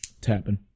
tapping